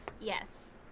Yes